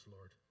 Lord